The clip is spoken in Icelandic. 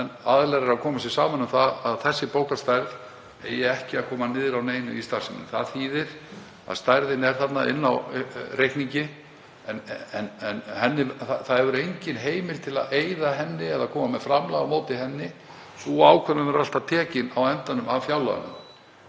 og aðilar koma sér saman um að þessi bókhaldsstærð eigi ekki að koma niður á neinu í starfseminni. Það þýðir að stærðin er þarna inni á reikningi en það hefur enginn heimild til að eyða henni eða koma með framlag á móti henni. Sú ákvörðun verður alltaf tekin á endanum af fjárlaganefnd